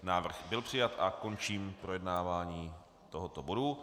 Návrh byl přijat a končím projednávání tohoto bodu.